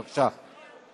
בבקשה.